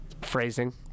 Phrasing